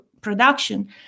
production